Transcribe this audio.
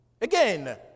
Again